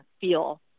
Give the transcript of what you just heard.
feel